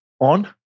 on